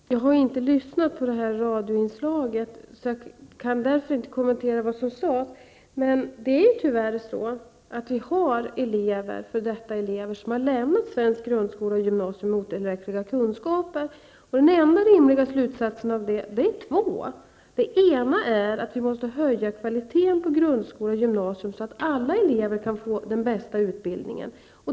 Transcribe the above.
Herr talman! Jag har inte lyssnat på detta radioinslag och kan därför inte kommentera vad som sades, men vi har tyvärr f.d. elever som har lämnat svensk grundskola och svenskt gymnasium med otillräckliga kunskaper. De enda rimliga slutsatserna av detta är två. Den ena är att vi måste höja kvaliteten på grundskola och gymnasium, så att alla elever kan få den bästa utbildningen.